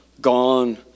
gone